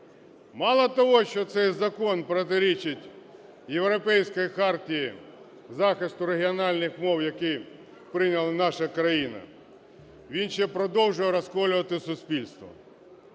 Мало того, що цей закон протирічить Європейській хартії захисту регіональних мов, який прийняла наша країна, він ще продовжує розколювати суспільство.